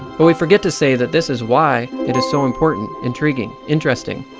but we forget to say that this is why it is so important, intriguing, interesting.